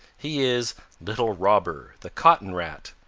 he is little robber the cotton rat,